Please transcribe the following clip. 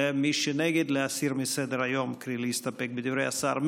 מי שנגד, להסיר מסדר-היום, קרי להסתפק בדברי השר.